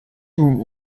from